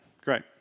Great